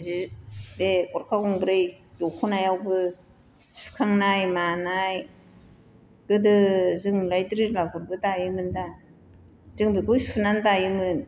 जि बे गरखा गंब्रै दखनायावबो सुखांनाय मानाय गोदो जोंलाय द्रिनाफोरबो दायोमोन दा जों बेखौ सुनानै दायोमोन